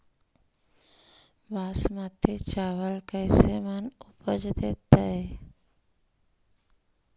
बासमती चावल कैसे मन उपज देतै?